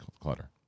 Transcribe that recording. clutter